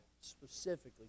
specifically